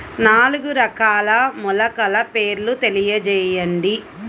నాలుగు రకాల మొలకల పేర్లు తెలియజేయండి?